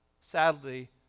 Sadly